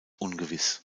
ungewiss